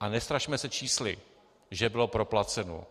A nestrašme se čísly, že bylo proplaceno.